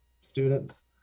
students